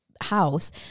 house